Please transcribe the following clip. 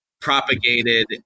propagated